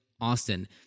Austin